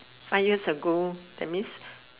five years ago that means